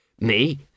Me